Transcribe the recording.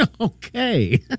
okay